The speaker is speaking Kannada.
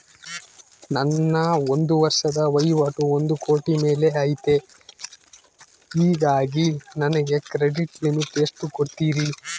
ನನ್ನ ಒಂದು ವರ್ಷದ ವಹಿವಾಟು ಒಂದು ಕೋಟಿ ಮೇಲೆ ಐತೆ ಹೇಗಾಗಿ ನನಗೆ ಕ್ರೆಡಿಟ್ ಲಿಮಿಟ್ ಎಷ್ಟು ಕೊಡ್ತೇರಿ?